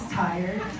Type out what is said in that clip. tired